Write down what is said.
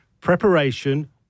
preparation